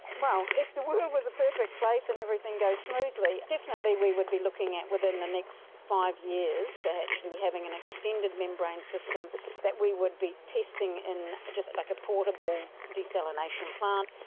well, if the world was a perfect place and everything goes smoothly, definitely we would be looking at within the next five years to actually having an extended membrane system that we would be testing in just like a portable desalination plant.